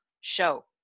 show